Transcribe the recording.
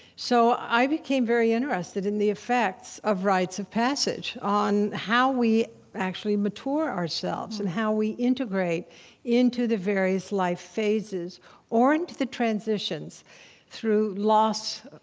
so i became very interested in the effects of rites of passage on how we actually mature ourselves and how we integrate into the various life phases or into and the transitions through loss,